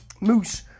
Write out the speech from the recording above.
Moose